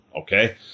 Okay